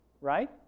right